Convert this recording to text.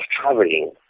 traveling